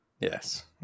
Yes